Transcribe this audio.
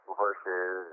versus